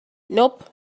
nope